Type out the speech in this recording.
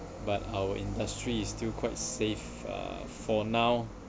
but our industry is still quite safe uh for now